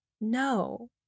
No